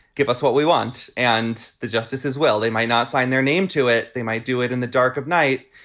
give us what we want. and the justices, well, they might not sign their name to it. they might do it in the dark of night,